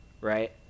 Right